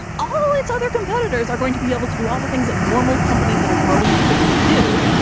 all its other competitors are going to be able to do all the things that normal companies that are growing quickly do.